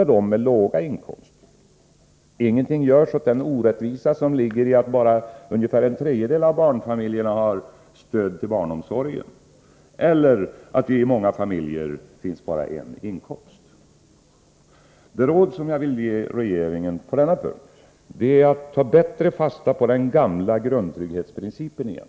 av dem med låga inkomster — genom nya skattehöjningar. Och ingenting görs åt den orättvisa som ligger i att bara ungefär en tredjedel av barnfamiljerna har stöd till barnomsorgen eller att det i många familjer finns bara en inkomst. Det råd som jag vill ge regeringen på denna punkt är att mera ta fasta på den gamla grundtrygghetsprincipen igen.